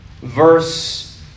verse